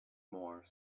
more